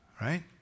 Right